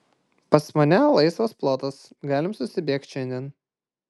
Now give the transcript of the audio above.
pas mane laisvas plotas galim susibėgt šiandien